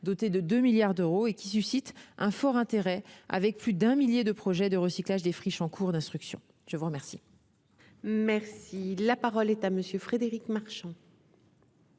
doté de 2 milliards d'euros, qui suscite un fort intérêt, avec plus d'un millier de projets de recyclage des friches en cours d'instruction. La parole est à M. Frédéric Marchand,